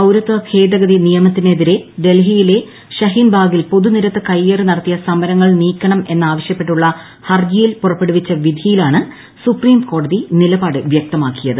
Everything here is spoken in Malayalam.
പൌരത്വ ഭേദഗതി നിയമത്തിനെതിരെ ഡൽഹിയിലെ ഷഹീൻബാഗിൽ പൊതുനിരത്ത് കയ്യേറി നടത്തിയ സമരങ്ങൾ നീക്കണം എന്ന് ആവശൃപ്പെട്ടുള്ള ഹർജിയിൽ പുറപ്പെടുവിച്ച വിധിയിലാണ് സുപ്രീംകോടതി നിലപാട് വ്യക്തമാക്കിയത്